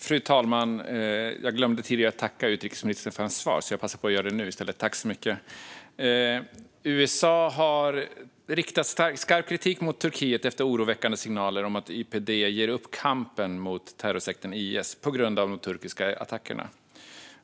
Fru talman! Jag glömde tacka utrikesministern för hans svar tidigare, så jag passar på och gör det nu i stället. Tack så mycket! USA har riktat skarp kritik mot Turkiet efter oroväckande signaler om att YPD ger upp kampen mot terrorsekten IS på grund av de turkiska attackerna.